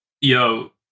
Yo